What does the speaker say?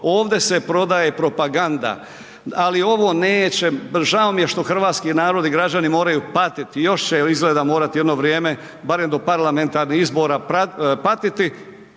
ovde se prodaje propaganda, ali ovo neće, žao što hrvatski narod i građani moraju patiti, još će izgleda morati jedno vrijeme barem do parlamentarnih izbora patiti